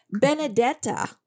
Benedetta